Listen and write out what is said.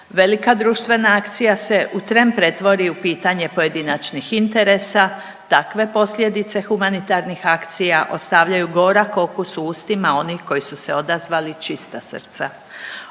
Velika društvena akcija se u tren pretvori u pitanje pojedinačnih interesa. Takve posljedice humanitarnih akcija ostavljaju gorak okus u ustima onih koji su odazvali čista srca.